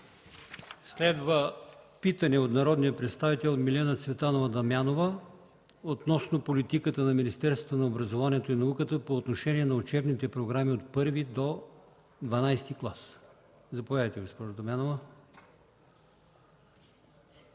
Следва питане от народния представител Милена Цветанова Дамянова относно политиката на Министерството на образованието и науката по отношение на учебните програми от І до ХІІ клас. Заповядайте, госпожо Дамянова.